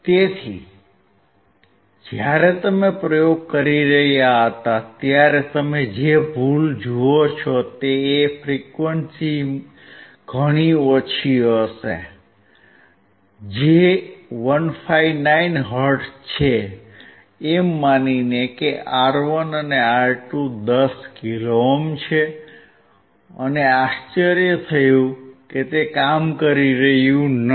તેથી જ્યારે તમે પ્રયોગ કરી રહ્યા હતા ત્યારે તમે જે ભૂલ જુઓ છો તે એ કે ફ્રીક્વંસી ઘણી ઓછી હશે જે 159 હર્ટ્ઝ છે એમ માનીને કે R1 અને R2 10 કિલો ઓહ્મ છે અને આશ્ચર્ય થયું કે તે કામ કરી રહ્યું નથી